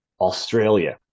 Australia